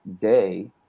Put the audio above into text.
day